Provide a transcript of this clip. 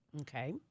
Okay